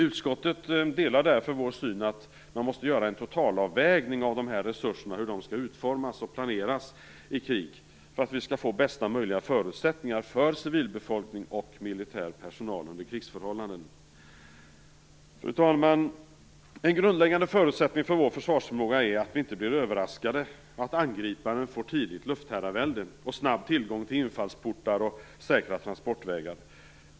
Utskottet delar därför vår syn, att man måste göra en totalavvägning av hur resurserna skall utformas och planeras i krig får att åstadkomma bästa möjliga förutsättningar för civilbefolkning och militär personal under krigsförhållanden. Fru talman! En grundläggande förutsättning för vår försvarsförmåga är att vi inte blir överraskade så att angriparen får tidigt luftherravälde och snabb tillgång till infallsportar och säkra transportvägar.